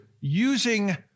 using